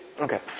Okay